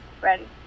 ready